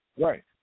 Right